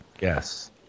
Yes